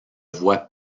voit